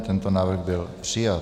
Tento návrh byl přijat.